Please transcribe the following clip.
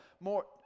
more